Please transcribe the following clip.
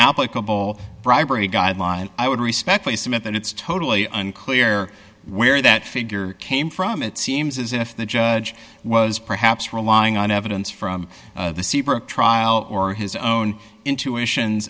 applicable bribery guideline i would respect i submit that it's totally unclear where that figure came from it seems as if the judge was perhaps relying on evidence from the secret trial or his own intuition